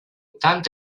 tant